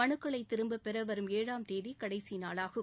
மனுக்களை திரும்பப்பெற வரும் ஏழாம் தேதி கடைசி நாளாகும்